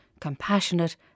compassionate